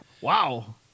Wow